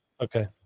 Okay